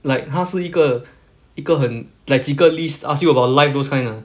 like 他是是一个一个很 like 几个 list ask you about life those kind ah